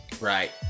Right